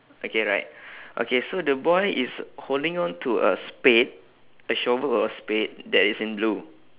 okay right okay so the boy is holding on to a spade a shovel or a spade that is in blue